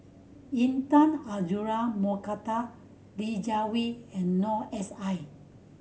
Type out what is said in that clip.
Intan Azura Mokhtar Li Jiawei and Noor S I